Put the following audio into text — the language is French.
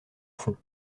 fond